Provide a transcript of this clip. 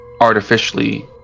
artificially